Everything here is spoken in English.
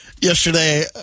Yesterday